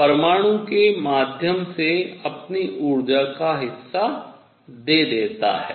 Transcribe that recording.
तो यह परमाणु के माध्यम से अपनी ऊर्जा का हिस्सा दे देता है